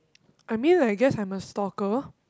I mean like guess I'm a stalker